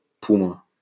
Puma